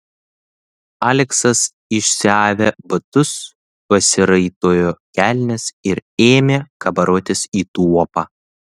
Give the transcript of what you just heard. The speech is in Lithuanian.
aleksas išsiavė batus pasiraitojo kelnes ir ėmė kabarotis į tuopą